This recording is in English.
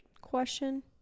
question